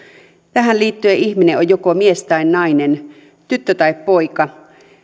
tähän liittyen ihminen on joko mies tai nainen tyttö tai poika